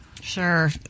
sure